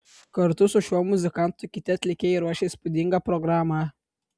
kartu su šiuo muzikantu kiti atlikėjai ruošia įspūdingą programą